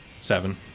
Seven